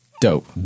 Dope